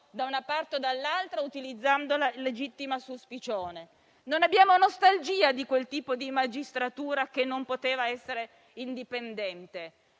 da una parte o dall'altra, utilizzando la *legitima suspicione*: non abbiamo nostalgia di quel tipo di magistratura, che non poteva essere indipendente.